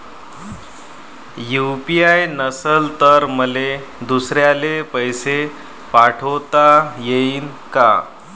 UPI नसल तर मले दुसऱ्याले पैसे पाठोता येईन का?